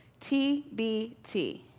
TBT